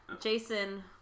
Jason